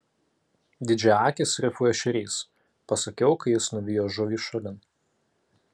didžiaakis rifų ešerys pasakiau kai jis nuvijo žuvį šalin